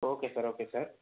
okay sir okay sir